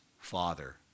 father